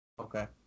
okay